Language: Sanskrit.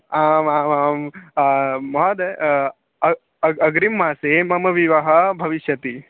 आम् आम् आम् महोदय अ अग् अग्रिममासे मम विवाहः भविष्यति